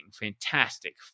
fantastic